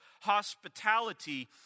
hospitality